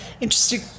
Interesting